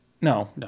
No